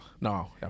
No